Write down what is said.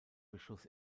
beschuss